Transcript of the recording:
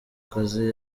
kazi